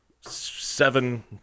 seven